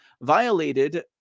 violated